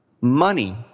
Money